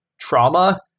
trauma